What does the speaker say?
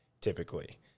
typically